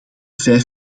vijf